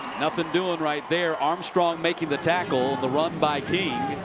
nothing doing right there. armstrong making the tackle. the run by king.